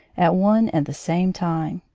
at one and the same time.